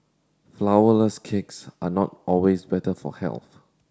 flourless cakes are not always better for health